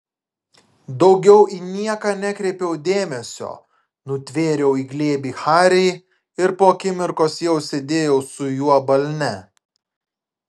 daugiau į nieką nekreipiau dėmesio nutvėriau į glėbį harį ir po akimirkos jau sėdėjau su juo balne